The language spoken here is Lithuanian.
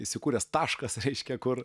įsikūręs taškas reiškia kur